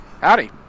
Howdy